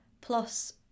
plus